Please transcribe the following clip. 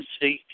seek